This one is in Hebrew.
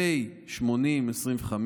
פ/80/25.